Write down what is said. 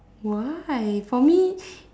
why for me